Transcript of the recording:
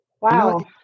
wow